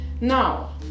Now